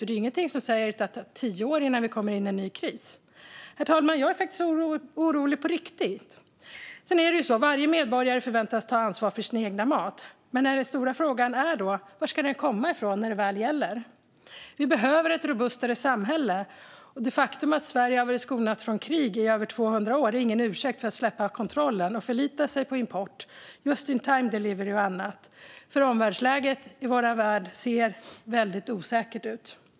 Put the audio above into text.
Det är ingenting som säger att det tar tio år innan det blir en ny kris. Herr talman! Jag är orolig på riktigt! Varje medborgare förväntas ta ansvar för sin egen matförsörjning. Men den stora frågan är varifrån maten ska komma när det väl gäller. Vi behöver ett robustare samhälle. Det faktum att Sverige har varit förskonat från krig i över 200 år är ingen ursäkt för att släppa kontrollen och förlita sig på import, just in time delivery och annat. Omvärldsläget i vår värld ser osäkert ut.